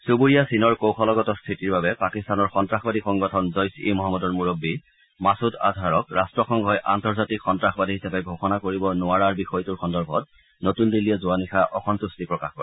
চুবুৰীয়া চীনৰ কৌশলগত স্থিতিৰ বাবে পাকিস্তানৰ সন্তাসবাদী সংগঠন জইছ্ ই মহম্মদৰ মূৰববী মাছুদ আজহাৰক ৰট্টসংঘই আন্তৰ্জাতিক সন্তাসবাদী হিচাপে ঘোষণা কৰিব নোৱাৰাৰ বিষয়টোৰ সন্দৰ্ভত নতূন দিল্লীয়ে যোৱা নিশা অসম্ভট্টি প্ৰকাশ কৰে